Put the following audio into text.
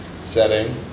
setting